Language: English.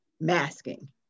masking